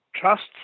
Trusts